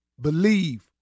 Believe